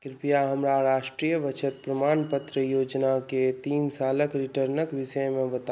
कृपया हमरा राष्ट्रीय बचत प्रमाणपत्र योजनाके तीन सालक रिटर्नक विषयमे बताउ